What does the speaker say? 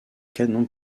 canons